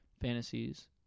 fantasies